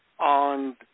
on